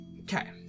Okay